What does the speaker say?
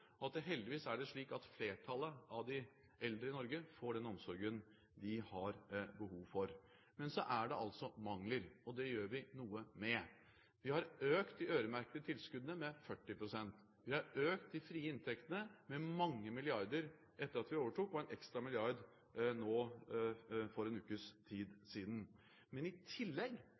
og at det heldigvis er slik at flertallet av de eldre i Norge får den omsorgen de har behov for. Men så er det altså mangler, og det gjør vi noe med. Vi har økt de øremerkede tilskuddene med 40 pst. Vi har økt de frie inntektene med mange milliarder etter at vi overtok, og med en ekstra milliard nå for en ukes tid siden. I tillegg